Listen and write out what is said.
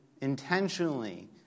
intentionally